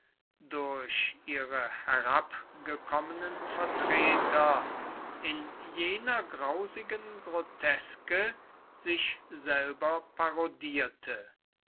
durch ihre herabgekommenen vertreter in jener grausigen groteske sich selber parodierte